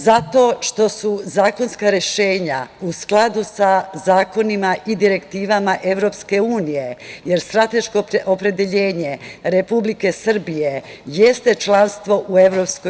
Zato što su zakonska rešenja u skladu sa zakonima i direktivama EU, jer strateško opredeljenje Republike Srbije jeste članstvo u EU.